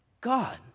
God